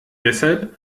deshalb